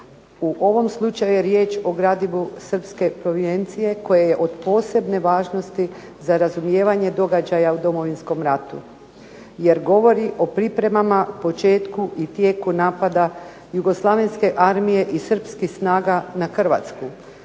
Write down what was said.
U ovom slučaju je riječ o gradivu srpske …/Govornica se ne razumije./… koje je od posebne važnosti za razumijevanje događaja u Domovinskom ratu, jer govori o pripremama, početku i tijeku napada Jugoslavenske armije i srpskih snaga na Hrvatsku,